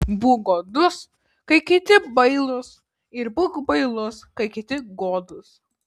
būk godus kai kiti bailūs ir būk bailus kai kiti godūs